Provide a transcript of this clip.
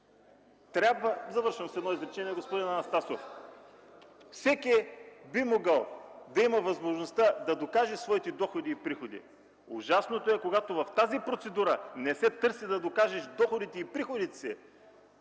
ТЕРЗИЙСКИ: Завършвам с едно изречение, господин Анастасов. Всеки би могъл да има възможността да докаже своите доходи и приходи. Ужасното е, когато в тази процедура не се търси да докажеш доходите и приходите си.